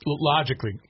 logically